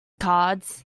cards